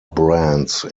brands